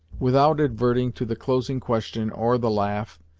without adverting to the closing question, or the laugh,